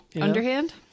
Underhand